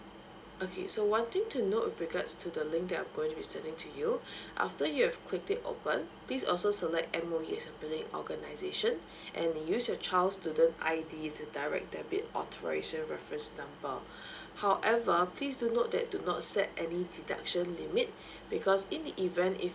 okay so one thing to note with regards to the link that I'm going to be sending to you after you have clicked it open please also select M_O_E as your billing organisation and use your child's student I_D to direct debit authorisation reference number however please do note that do not set any deduction limit because in the event if